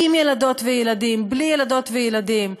עם ילדות וילדים, בלי ילדות וילדים,